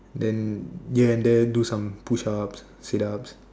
and here and there do some push ups sit ups